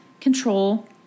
control